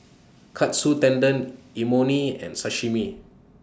Katsu Tendon Imoni and Sashimi